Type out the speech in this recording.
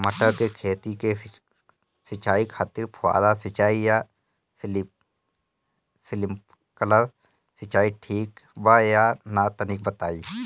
मटर के खेती के सिचाई खातिर फुहारा सिंचाई या स्प्रिंकलर सिंचाई ठीक बा या ना तनि बताई?